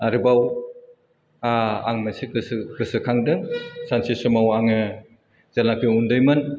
आरोबाव आं मोनसे गोसो गोसोखांदों सानसे समाव आङो जेलानाखि उन्दैमोन